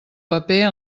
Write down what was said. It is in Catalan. paper